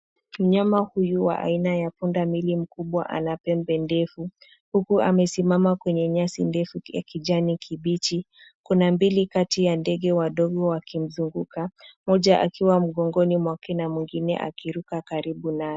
Mnyama huyu wa aina ya punda milia ana pembe ndefu huku amesimama kwenye nyasi ndefu ya kijani kibichi. Kuna mbili kati ya ndege wadogo wakimzunguka, mmoja akiwa mgongoni mwake na mwengine akiruka karibu naye.